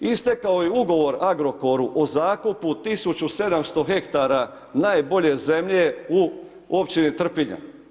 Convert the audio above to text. Istekao je ugovor Agrokoru o zakupu 170.000 hektara najbolje zemlje u općini Trpinja.